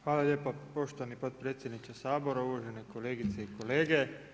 hvala lijepa poštovani potpredsjedniče Sabora, uvažene kolegice i kolege.